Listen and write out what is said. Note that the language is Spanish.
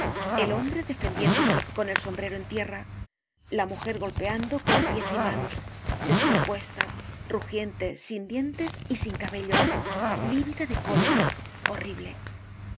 el hombre defendiéndose con el sombrero en tierra la mujer golpeando con pies y manos descompuesta rugiente sin dientes y sin cabellos lívida de cólera horrible